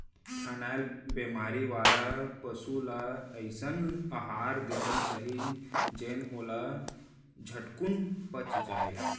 थनैल बेमारी वाला पसु ल अइसन अहार देना चाही जेन ओला झटकुन पच जाय